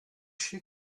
she